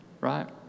Right